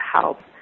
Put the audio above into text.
help